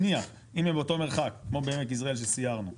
נניח אם הם באותו מרחק כמו בעמק יזרעאל שסיירנו.